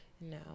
No